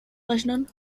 rechnen